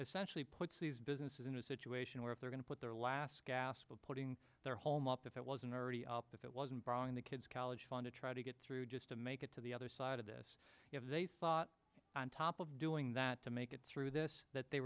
essentially puts these businesses in a situation where if they're going to put their last gasp of putting their home up if it wasn't already up if it wasn't borrowing the kids college fund to try to get through just to make it to the other side of this if they thought on top of doing that to make it through this that they